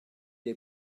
est